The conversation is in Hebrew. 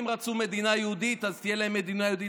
רצו מדינה יהודית אז תהיה להם מדינה יהודית.